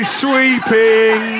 sweeping